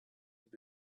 have